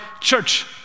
church